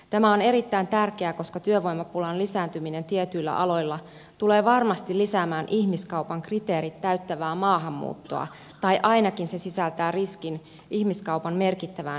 tämä on erittäin tärkeää koska työvoimapulan lisääntyminen tietyillä aloilla tulee varmasti lisäämään ihmiskaupan kriteerit täyttävää maahanmuuttoa tai ainakin se sisältää riskin ihmiskaupan merkittävään lisääntymiseen